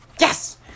Yes